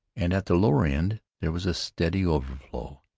and at the lower end there was a steady overflow.